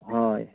ᱦᱳᱭ